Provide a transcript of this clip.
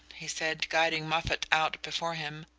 he said, guiding moffatt out before him,